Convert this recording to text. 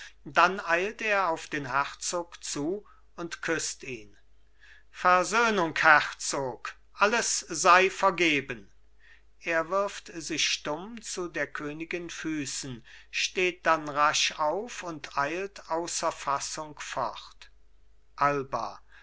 dann eilt er auf den herzog zu und küßt ihn versöhnung herzog alles sei vergeben er wirft sich stumm zu der königin füßen steht dann rasch auf und eilt außer fassung fort alba